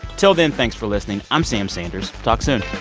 till then, thanks for listening. i'm sam sanders. talk soon